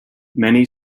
many